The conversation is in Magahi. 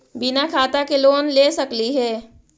बिना खाता के लोन ले सकली हे?